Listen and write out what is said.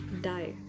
die